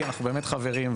כי אנחנו באמת חברים,